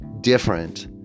different